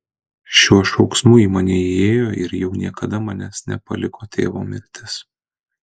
šiuo šauksmu į mane įėjo ir jau niekada manęs nepaliko tėvo mirtis